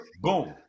boom